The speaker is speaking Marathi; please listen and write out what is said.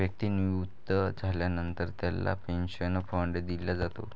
व्यक्ती निवृत्त झाल्यानंतर त्याला पेन्शन फंड दिला जातो